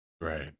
Right